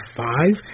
five